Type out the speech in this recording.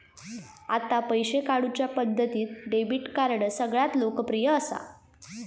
आता पैशे काढुच्या पद्धतींत डेबीट कार्ड सगळ्यांत लोकप्रिय असा